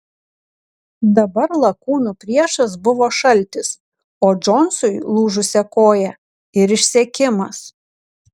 dabar lakūnų priešas buvo šaltis o džonsui lūžusia koja ir išsekimas